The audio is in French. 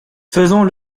faisons